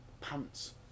Pants